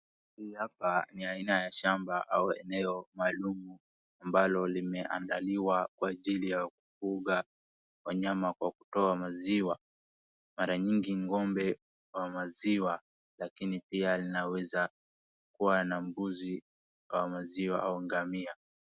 Hii nina aina ya shamba au eneo maalum aabalo limeandaliwa kwa ajili ya kufuga wanayama kwa kutoa maziwa. Mara nyingi ng'ombe wa maziwa lakini pia linaweza kua na mbuzi wa maziwa au ngamia.